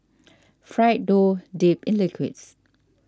fried dough dipped in liquids